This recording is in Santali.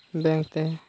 ᱵᱮᱝᱠ ᱛᱮ